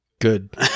good